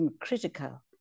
critical